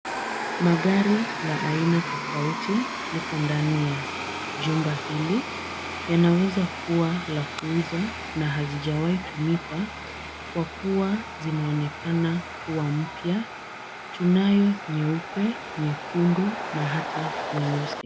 Magari la aina tofauti liko ndani ya jumba hili. Yanaweza kuwa la kuuza na hazijawai tumika kwa kuwa zinaonekana kuwa mpya. Tunayo nyeupe, nyekundu na hata nyeusi.